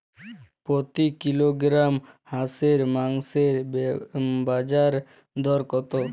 প্রতি কিলোগ্রাম হাঁসের মাংসের বাজার দর কত?